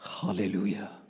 Hallelujah